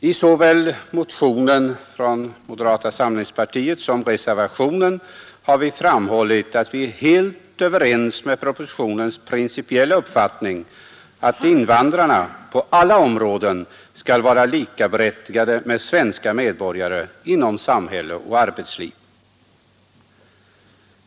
I såväl motionen från moderata samlingspartiet som reservationen har vi framhållit att vi är helt överens med propositionens principiella uppfattning att invandrarna på alla områden skall vara likaberättigade med svenska medborgare inom samhälle och arbetsliv.